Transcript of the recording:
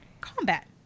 combat